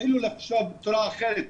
ותתחילו לחשוב בצורה אחרת,